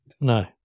No